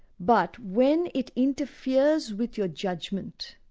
but when it interferes with your judgement,